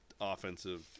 offensive